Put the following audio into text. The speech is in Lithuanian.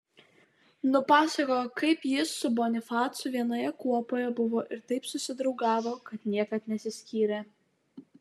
nupasakojo kaip jis su bonifacu vienoje kuopoje buvo ir taip susidraugavo kad niekad nesiskyrė